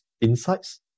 insights